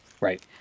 Right